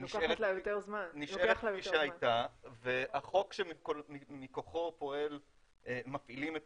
נשארת כשהייתה והחוק שמכוחו מפעילים את